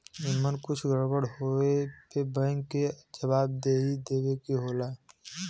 एमन कुछ गड़बड़ होए पे बैंक के जवाबदेही देवे के होला